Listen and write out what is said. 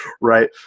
right